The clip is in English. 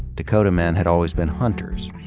dakota men had always been hunters.